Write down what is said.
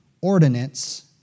ordinance